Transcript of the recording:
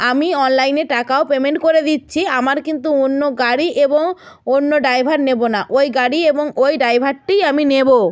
আমি অনলাইনে টাকাও পেমেন্ট করে দিচ্ছি আমার কিন্তু অন্য গাড়ি এবং অন্য ড্রাইভার নেব না ওই গাড়ি এবং ওই ড্রাইভারটিই আমি নেব